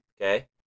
Okay